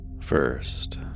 First